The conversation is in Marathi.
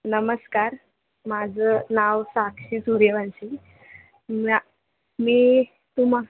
नमस्कार माझं नाव साक्षी सूर्यवांशी म्या मी तुम्हा